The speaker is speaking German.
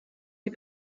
die